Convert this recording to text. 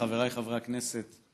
חבריי חברי הכנסת,